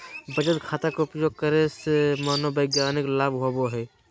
बचत खाता के उपयोग करे से मनोवैज्ञानिक लाभ होबो हइ